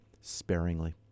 sparingly